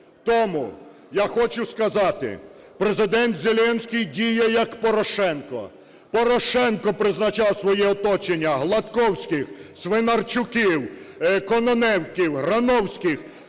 Тому, я хочу сказати, Президент Зеленський діє, як Порошенко. Порошенко призначав своє оточення Гладковських, Свиначуків, Кононенків, Грановських,